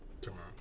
tomorrow